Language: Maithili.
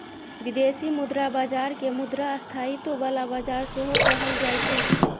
बिदेशी मुद्रा बजार केँ मुद्रा स्थायित्व बला बजार सेहो कहल जाइ छै